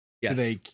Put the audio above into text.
Yes